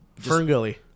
Ferngully